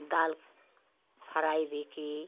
दाल fry भी की